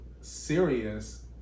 serious